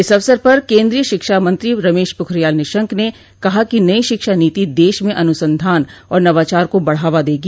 इस अवसर पर केन्द्रीय शिक्षा मंत्री रमेश पोखरियाल निशंक ने कहा कि नई शिक्षा नीति देश में अनुसंधान और नवाचार को बढ़ावा देगी